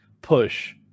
push